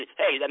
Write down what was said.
hey